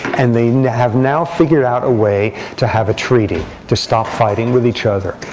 and they have now figured out a way to have a treaty to stop fighting with each other.